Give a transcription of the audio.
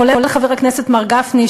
כולל חבר הכנסת מר גפני,